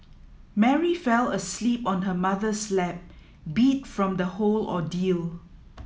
Mary fell asleep on her mother's lap beat from the whole ordeal